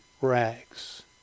rags